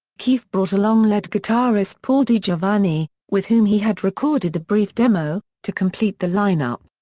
keefe brought along lead guitarist paul digiovanni, with whom he had recorded a brief demo, to complete the line-up.